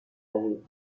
االهی